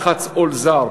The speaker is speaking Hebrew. לחץ עול זר,